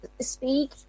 speak